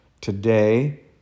today